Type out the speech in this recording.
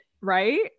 Right